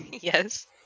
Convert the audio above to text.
Yes